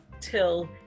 till